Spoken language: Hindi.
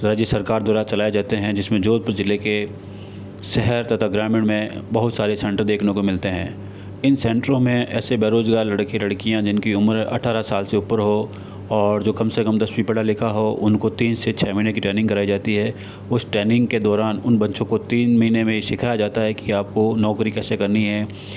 राज्य सरकार द्वारा चलाए जाते हैं जिसमे जोधपुर जिले के शहर तथा ग्रामीण मे बहुत सारे सेंटर देखने को मिलते है इन सेंटरो मे ऐसे बेरोजगार लड़के लड़कियाँ जिनकी उम्र अठारह साल से ऊपर हो और जो कम से कम दसवीं पढ़ा लिखा हो उनको तीन से छः महीने की ट्रैनिंग कराई जाती है उस ट्रैनिंग के दौरान उन बच्चों को तीन महीने में ये सिखाया जाता है कि आप को नौकरी कैसे करनी है